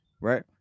right